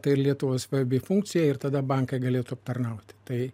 tai ir lietuvai svarbi funkcija ir tada bankai galėtų aptarnauti tai